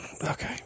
Okay